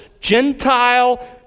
Gentile